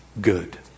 good